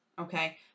Okay